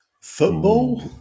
Football